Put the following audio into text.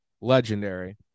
legendary